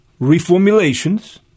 reformulations